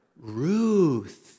Ruth